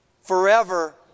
forever